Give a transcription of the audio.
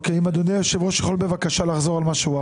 גם אם המחזור שלו